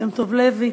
שם-טוב לוי,